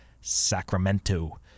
Sacramento